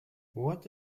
what